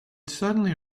suddenly